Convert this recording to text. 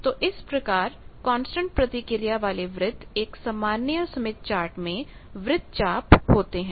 तो इस प्रकार कांस्टेंट प्रतिक्रिया वाले वृत्त एक सामान्य स्मिथ चार्ट में वृत्तचाप होते हैं